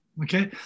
Okay